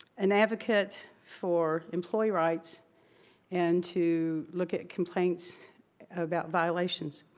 an advocate for employee rights and to look at complaints about violations.